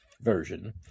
version